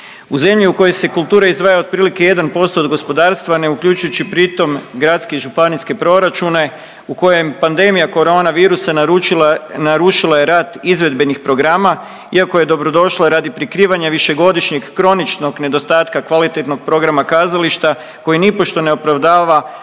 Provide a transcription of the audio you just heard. U zemlji u kojoj se kultura izdvaja otprilike 1% od gospodarstva, ne uključujući pritom gradske i županijske proračune u kojem pandemija koronavirusa narušila je rad izvedbenih programa iako je dobrodošla radi prikrivanja višegodišnjeg kroničnog nedostatka kvalitetnog programa kazališta koji nipošto ne opravdava